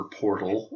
portal